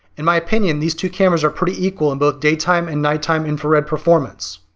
in my opinion, these two cameras are pretty equal in both daytime and nighttime infrared performance.